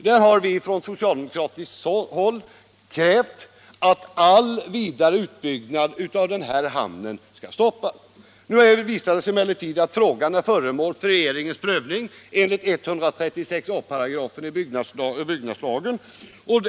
Vi har från socialdemokratiskt håll krävt att all vidare utbyggnad av den hamnen skall stoppas. Det har emellertid visat sig att frågan är föremål för regeringens prövning enligt 136 a § byggnadslagen.